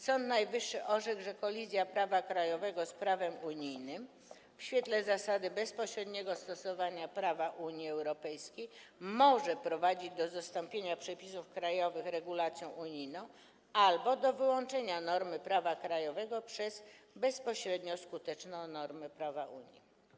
Sąd Najwyższy orzekł, że kolizja prawa krajowego z prawem unijnym, w świetle zasady bezpośredniego stosowania prawa Unii Europejskiej, może prowadzić do zastąpienia przepisów krajowych regulacją unijną albo do wyłączenia normy prawa krajowego przez bezpośrednio skuteczną normę prawa Unii.